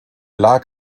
lag